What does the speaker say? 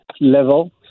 level